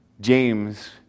James